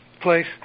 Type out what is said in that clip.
place